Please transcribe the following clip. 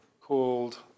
called